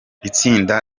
itsinda